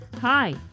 Hi